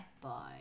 Bye